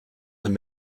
beim